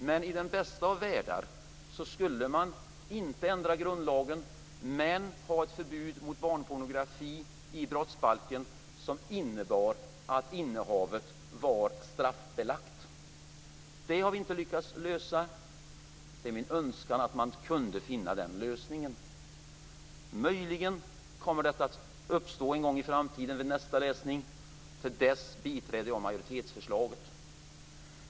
Men i den bästa av världar skulle man inte ändra grundlagen utan ha ett förbud mot barnpornografi i brottsbalken som innebar att innehavet var straffbelagt. Det har vi inte lyckats lösa. Det är min önskan att man kunde finna den lösningen. Möjligen kommer det att uppstå en gång i framtiden vid nästa läsning. Till dess biträder jag majoritetsförslaget. Fru talman!